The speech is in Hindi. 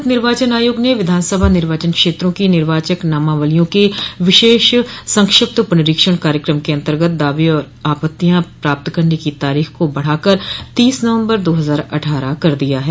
भारत निर्वाचन आयोग ने विधानसभा निर्वाचन क्षेत्रों की निर्वाचक नामावलियों के विशेष संक्षिप्त पुनरीक्षण कार्यक्रम के अन्तर्गत दावे और आपत्तियां प्राप्त करने की तारीख को बढ़ा कर तीस नवम्बर दो हजार अट्ठारह कर दिया है